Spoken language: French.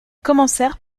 commencèrent